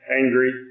angry